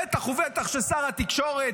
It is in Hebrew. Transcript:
בטח ובטח כששר התקשורת,